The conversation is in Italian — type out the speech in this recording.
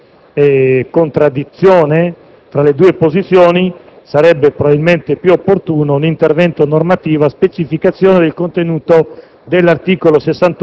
un conflitto tra l'autorità giudiziaria e il Parlamento, in particolare il Senato, che è stato risolto dalla Corte costituzionale a favore dell'autorità giudiziaria.